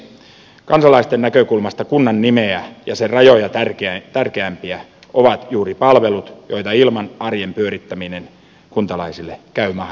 kansalaisten näkökulmasta kunnan nimeä ja rajoja tärkeämpiä ovat juuri palvelut joita ilman arjen pyörittäminen kuntalaisille käy mahdottomaksi